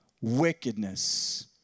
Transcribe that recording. wickedness